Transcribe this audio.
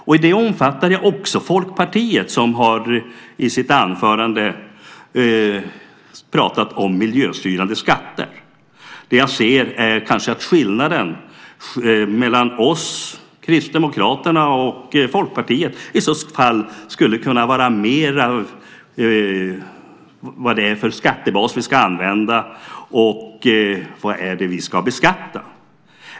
Med den frågan omfattar jag också Folkpartiet, som i sitt anförande har pratat om miljöstyrande skatter. Det jag ser är kanske att skillnaden mellan oss, Kristdemokraterna och Folkpartiet mera skulle kunna ligga i vad det är för skattebas vi ska använda och vad vi ska beskatta.